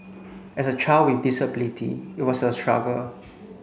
as a child with disability it was a struggle